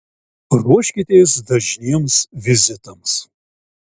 ruoškitės dažniems vizitams